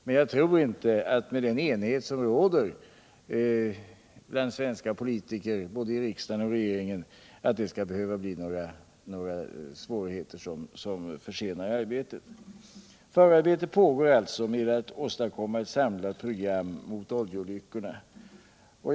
Men med den enighet som råder bland svenska politiker, både i riksdagen och i regeringen, tror jag inte att det skall behöva förorsaka några svårigheter som försenar arbetet. Förarbete för att åstadkomma ett samlat program mot oljeolyckorna pågår alltså.